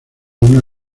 una